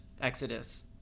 Exodus